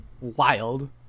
Wild